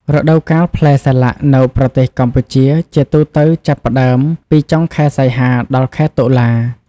រដូវកាលផ្លែសាឡាក់នៅប្រទេសកម្ពុជាជាទូទៅចាប់ផ្ដើមពី ចុងខែសីហា ដល់ខែតុលា ។